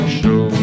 show